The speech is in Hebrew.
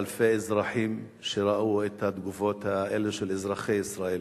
כביש 60, חייבים להיסלל ארבעה מסלולים.